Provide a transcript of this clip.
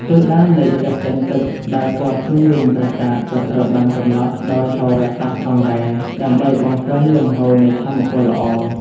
ទិសដៅនៃកសិណទឹកដែលព័ទ្ធជុំវិញប្រាសាទក៏ត្រូវបានកំណត់ដោយហោរាសាស្ត្រផងដែរ ដើម្បីបង្កើនលំហូរនៃថាមពលល្អ។